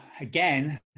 again